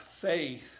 faith